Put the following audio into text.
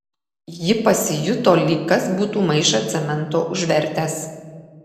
ji pasijuto lyg kas būtų maišą cemento užvertęs